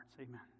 Amen